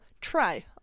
try